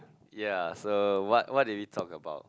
yea so what what do you talk about